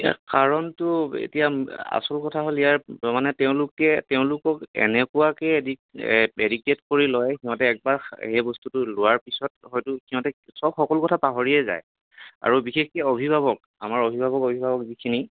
ইয়াৰ কাৰণটো এতিয়া আচল কথা হ'ল ইয়াৰ মানে তেওঁলোকে তেওঁলোকক এনেকুৱাকৈ এডি এডিক্টেড কৰি লয় সিহঁতে এবাৰ সেই বস্তুটো লোৱাৰ পিছত হয়টো সিহঁতে সব সকলো কথা পাহৰিয়েই যায় আৰু বিশেষকৈ অভিভাৱক আমাৰ অভিভাৱক অভিভাৱক যিখিনি